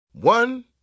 One